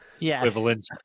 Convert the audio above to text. equivalent